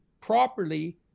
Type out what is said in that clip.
properly